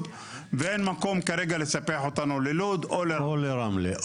ואין מקום כרגע לספח אותנו ללוד או לרמלה.